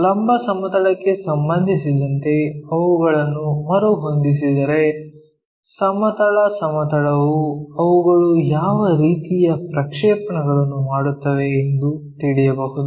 ಲಂಬ ಸಮತಲಕ್ಕೆ ಸಂಬಂಧಿಸಿದಂತೆ ಅವುಗಳನ್ನು ಮರುಹೊಂದಿಸಿದರೆ ಸಮತಲ ಸಮತಲವು ಅವುಗಳು ಯಾವ ರೀತಿಯ ಪ್ರಕ್ಷೇಪಣಗಳನ್ನು ಮಾಡುತ್ತವೆ ಎಂದು ತಿಳಿಯಬಹುದು